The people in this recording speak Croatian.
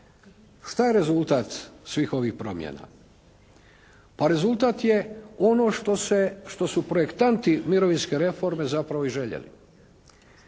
Šta je rezultat svih ovih promjena? Pa rezultat je ono što su projektanti mirovinske reforme zapravo i željeli.